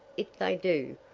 if they do,